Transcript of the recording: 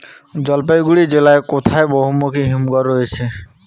জলপাইগুড়ি জেলায় কোথায় বহুমুখী হিমঘর রয়েছে?